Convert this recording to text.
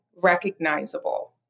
recognizable